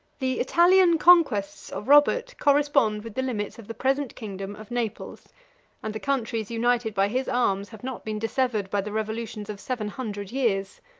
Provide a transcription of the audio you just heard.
the italian conquests of robert correspond with the limits of the present kingdom of naples and the countries united by his arms have not been dissevered by the revolutions of seven hundred years.